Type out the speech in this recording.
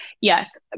Yes